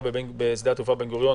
בשדה התעופה בן גוריון